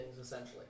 essentially